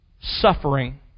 suffering